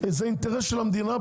יש פה אינטרס של המדינה,